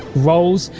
roles,